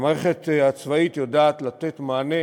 המערכת הצבאית יודעת לתת מענה